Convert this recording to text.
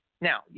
Now